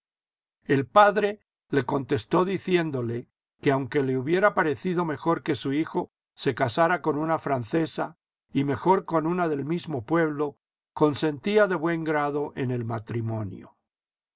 el padre le contestó diciéndole que aunque le hubiera parecido mejor que su hijo se casara con una francesa y mejor con una del mismo pueblo consentía de buen grado en el matrimonio